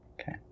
Okay